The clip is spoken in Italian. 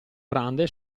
grande